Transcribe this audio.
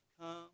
come